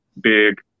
big